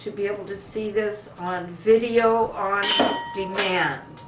to be able to see those on video on demand